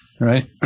right